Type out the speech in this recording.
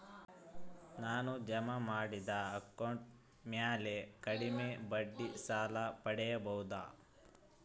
ನಾನು ಜಮಾ ಮಾಡಿದ ಅಕೌಂಟ್ ಮ್ಯಾಲೆ ಕಡಿಮೆ ಬಡ್ಡಿಗೆ ಸಾಲ ಪಡೇಬೋದಾ?